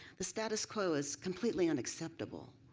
the status quo is completely unacceptable.